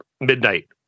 midnight